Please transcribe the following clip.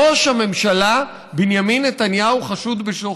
ראש הממשלה בנימין נתניהו חשוד בשוחד.